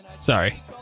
Sorry